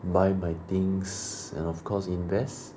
buy my things and of course invest